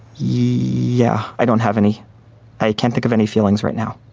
yeah, i don't have any i can't think of any feelings right now.